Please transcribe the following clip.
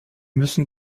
müssen